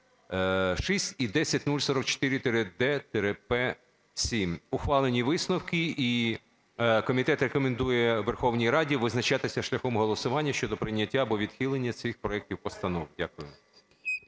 і 10044-д-П7. Ухвалені висновки. І комітет рекомендує Верховній Раді визначатися шляхом голосування щодо прийняття або відхилення цих проектів постанов. Дякую.